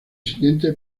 siguiente